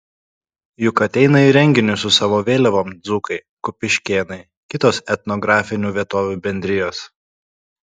juk ateina į renginius su savo vėliavom dzūkai kupiškėnai kitos etnografinių vietovių bendrijos